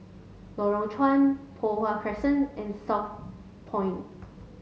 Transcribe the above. Lorong Chuan Poh Huat Crescent and Southpoint